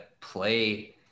play